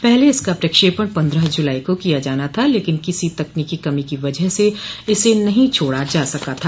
पहले इसका प्रक्षेपण पन्द्रह जुलाई को किया जाना था लेकिन किसी तकनीकी कमी की वजह से इसे नहीं छोड़ा जा सका था